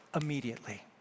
immediately